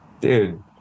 Dude